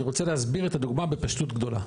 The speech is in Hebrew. אני רוצה להסביר את הדוגמה בפשטות גדולה.